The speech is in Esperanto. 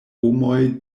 homoj